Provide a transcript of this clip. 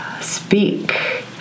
speak